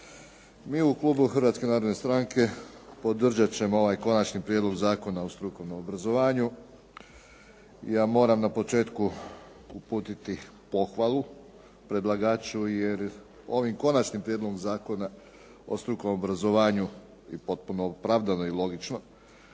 Mi u klubu Hrvatske narodne stranke podržat ćemo ovaj Konačni prijedlog Zakona o strukovnom obrazovanju. Ja moram na početku uputiti pohvalu predlagaču, jer ovim Konačnim prijedlogom Zakona o strukovnom obrazovanju i potpuno opravdano i logično,